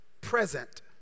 present